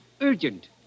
urgent